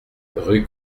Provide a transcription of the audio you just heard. rue